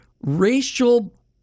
racial